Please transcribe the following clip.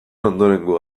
ondorengo